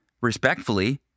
respectfully